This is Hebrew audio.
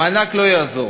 המענק לא יעזור.